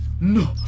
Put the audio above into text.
No